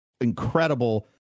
incredible